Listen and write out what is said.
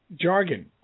jargon